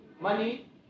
money